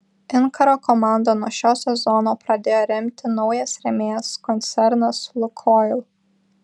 inkaro komandą nuo šio sezono pradėjo remti naujas rėmėjas koncernas lukoil